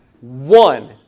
one